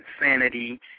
insanity